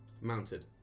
mounted